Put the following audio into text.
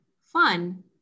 fun